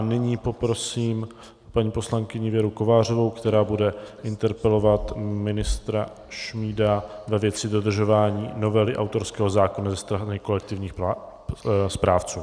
Nyní poprosím paní poslankyni Věru Kovářovou, která bude interpelovat ministra Šmída ve věci dodržování novely autorského zákona ze strany kolektivních správců.